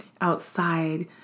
outside